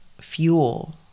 fuel